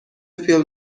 appeal